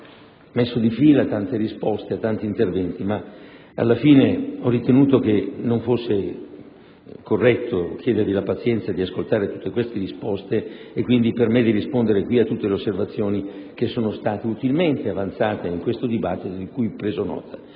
messo di fila tante risposte a tanti interventi, ma alla fine ho ritenuto che non fosse corretto chiedervi la pazienza di ascoltare tutte le risposte e quindi per me di rispondere a tutte le osservazioni che sono state utilmente avanzate in questo dibattito e di cui ho preso nota.